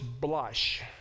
blush